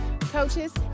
coaches